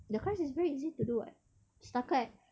the crust is very easy to do what setakat